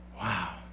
Wow